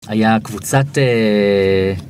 היה קבוצת אה...